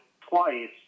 twice